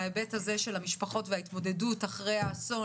על מנת לתת את התובנות שלך לגבי התמודדות עם אסון,